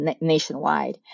nationwide